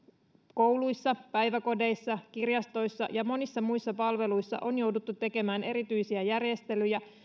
kouluissa päiväkodeissa kirjastoissa ja monissa muissa palveluissa on jouduttu tekemään erityisiä järjestelyjä